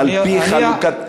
על-פי חלוקת,